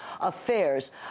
affairs